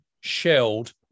shelled